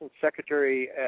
Secretary